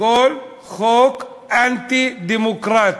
כל חוק אנטי-דמוקרטי.